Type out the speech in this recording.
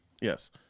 Yes